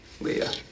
Leah